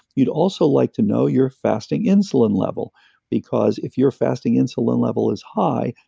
you'd also like to know your fasting insulin level because if your fasting insulin level is high,